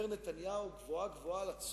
לו: הרי אתה תתקפל